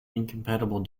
incompatible